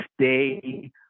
stay